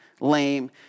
lame